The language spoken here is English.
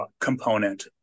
component